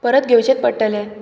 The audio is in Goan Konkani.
परत घेवचेच पडटले